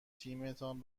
تیمتان